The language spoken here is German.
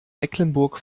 mecklenburg